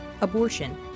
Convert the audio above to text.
abortion